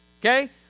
okay